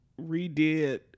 redid